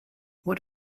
what